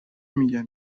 میگن